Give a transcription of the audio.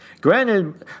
Granted